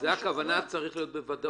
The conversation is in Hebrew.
זו הכוונה, היא צריכה להיות בוודאות.